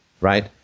right